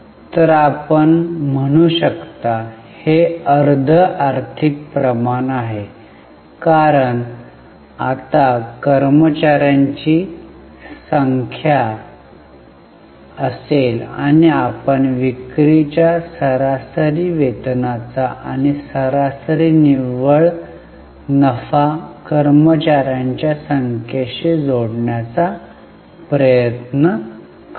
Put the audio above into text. तर आपण म्हणू शकता हे अर्ध आर्थिक प्रमाण आहे कारण आता कर्मचार्यांची संख्या असेल आणि आपण विक्रीच्या सरासरी वेतनाचा आणि सरासरी निव्वळ नफा कर्मचार्यांच्या संख्येशी जोडण्याचा प्रयत्न करू